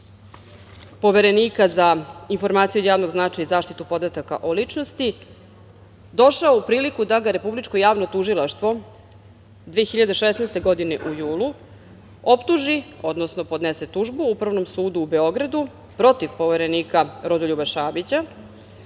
Poverenika za informacije od javnog značaja i zaštitu podataka o ličnosti došao u priliku da ga Republičko javno tužilaštvo, 2016. godine u julu, optuži, odnosno podnese tužbu Upravnom sudu u Beogradu protiv Poverenika, Rodoljuba Šabića